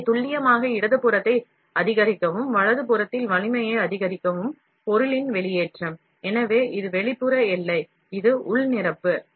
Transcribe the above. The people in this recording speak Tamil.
எனவே அதிகபட்ச துல்லியமான வெளியேற்றப்பட்ட பொருள் இடதுபுறத்தில் காணப்படுகிறது மேலும் அதிகபட்ச வலிமை வலதுபுறத்தில் காணப்படுகிறது எனவே இது வெளிப்புற எல்லை இது உள் நிரப்பு